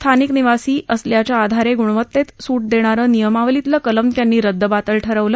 स्थानिक निवासी असल्याच्या आधारे गुणवत्तेत सूट देणारं नियमावलीतलं कलम त्यांनी रद्दबातल ठरवलं